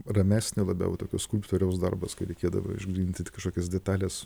ramesnio labiau tokio skulptoriaus darbas kai reikėdavo išgryninti tai kažkokias detales